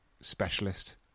specialist